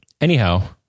Anyhow